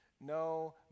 no